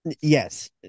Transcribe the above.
Yes